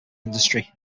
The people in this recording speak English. industry